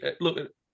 look